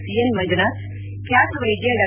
C N Manjunath ಖ್ಯಾತ ವೈದ್ಯೆ ಡಾ